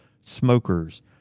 smokers